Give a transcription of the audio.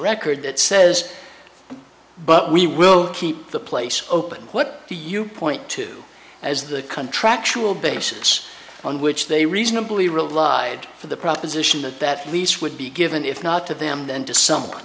record that says but we will keep the place open what do you point to as the country actual basis on which they reasonably relied for the proposition that that lease would be given if not to them then to someone